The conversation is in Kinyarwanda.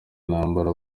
intambara